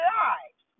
lives